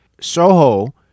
Soho